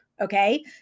Okay